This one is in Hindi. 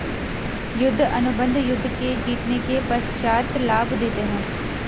युद्ध अनुबंध युद्ध के जीतने के पश्चात लाभ देते हैं